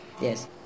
Yes